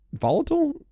volatile